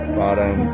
bottom